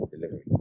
delivery